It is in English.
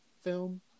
film